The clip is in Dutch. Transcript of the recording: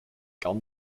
kan